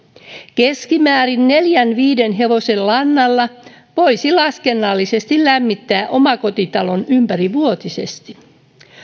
keskimäärin neljän viiden hevosen lannalla voisi laskennallisesti lämmittää omakotitalon ympärivuotisesti